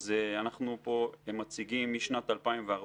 משנת 2014